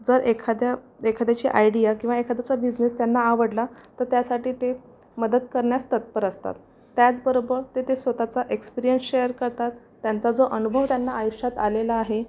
जर एखाद्या एखाद्याची आयडिया किंवा एखाद्याचा बिझनेस त्यांना आवडला तर त्यासाठी ते मदत करण्यास तत्पर असतात त्याचबरोबर ते ते स्वत चा एक्सपिरिअन्स शेअर करतात त्यांचा जो अनुभव त्यांना आयुष्यात आलेला आहे